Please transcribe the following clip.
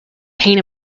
pain